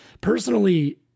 Personally